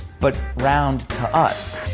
but round to us.